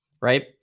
right